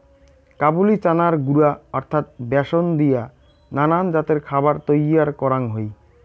কাবুলি চানার গুঁড়া অর্থাৎ ব্যাসন দিয়া নানান জাতের খাবার তৈয়ার করাং হই